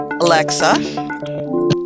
Alexa